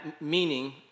meaning